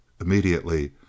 immediately